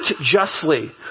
justly